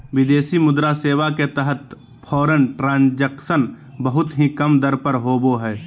विदेशी मुद्रा सेवा के तहत फॉरेन ट्रांजक्शन बहुत ही कम दर पर होवो हय